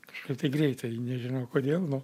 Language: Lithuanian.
kažkaip tai greitai nežinau kodėl nu